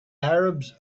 arabs